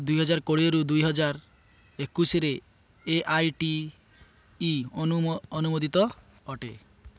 ଦୁଇହଜାର କୋଡ଼ିଏରୁ ଦୁଇହଜାର ଏକୋଇଶରେ ଏ ଆଇ ଟି ଇ ଅନୁମୋଦିତ ଅଟେ